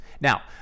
Now